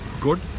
good